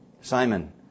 Simon